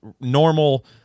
normal